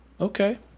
Okay